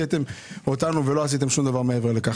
רק היכיתם אותנו ולא עשיתם שום דבר מעבר לכך.